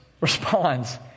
responds